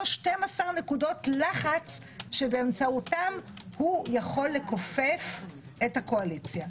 נקודות לחץ שבאמצעותן הוא יכול לכופף את הקואליציה.